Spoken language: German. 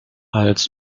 als